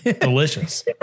Delicious